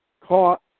caught